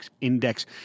Index